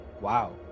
Wow